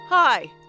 Hi